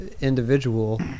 individual